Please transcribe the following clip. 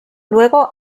luego